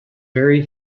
very